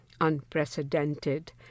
unprecedented